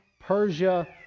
Persia